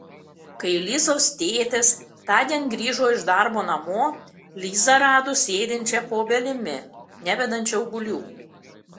kai lizos tėtis tądien grįžo iš darbo namo lizą rado sėdinčią po obelimi nevedančia obuolių